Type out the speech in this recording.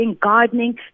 gardening